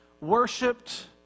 worshipped